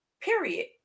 period